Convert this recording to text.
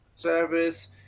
Service